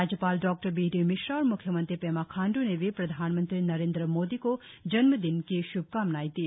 राज्यपाल डॉबीमिश्रा और म्ख्यमंत्री पेमा खाण्डू ने भी प्रधानमंत्री नरेंद्र मोदी को जन्मदिन की श्भकामनाएं दी